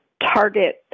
target